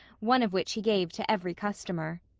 one of which he gave to every customer.